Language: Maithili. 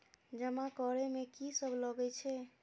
जमा करे में की सब लगे छै?